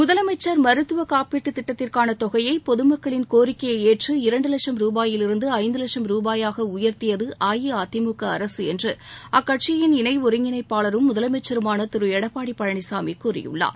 முதலமைச்சர் மருத்துவ காப்பீட்டுத் திட்டத்திற்காள தொகையை பொது மக்களின் கோரிக்கையை ஏற்று இரண்டு லட்சம் ரூபாயிலிருந்து ஐந்து லட்சம் ரூபாயாக உயர்த்தியது அஇஅதிமுக அரசு என்று அக்கட்சியின் இணை ஒருங்கிணைப்பாளரும் முதலமைச்சருமான திரு எடப்பாடி பழனிசாமி கூறியுள்ளார்